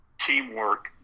teamwork